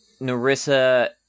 Narissa